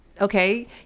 okay